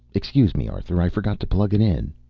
excuse me, arthur. i forgot to plug it in.